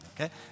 okay